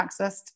accessed